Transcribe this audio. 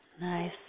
nice